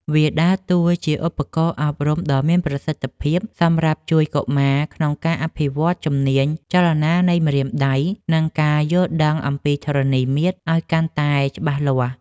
វាដើរតួជាឧបករណ៍អប់រំដ៏មានប្រសិទ្ធភាពសម្រាប់ជួយកុមារក្នុងការអភិវឌ្ឍជំនាញចលនានៃម្រាមដៃ និងការយល់ដឹងអំពីធរណីមាត្រឱ្យកាន់តែច្បាស់លាស់។